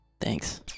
Thanks